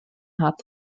hat